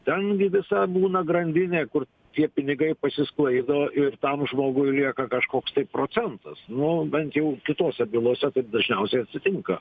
ten gi visa būna grandinė kur tie pinigai išsisklaido ir tam žmogui lieka kažkoks procentas nu bent jau kitose bylose dažniausiai atsitinka